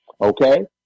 Okay